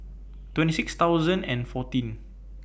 twenty six thousand and fourteen